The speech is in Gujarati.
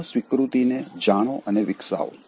આત્મ સ્વીકૃતિ ને જાણો અને વિકાસાવો